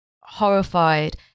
horrified